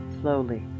slowly